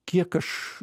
kiek aš